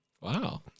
Wow